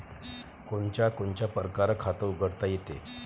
कोनच्या कोनच्या परकारं खात उघडता येते?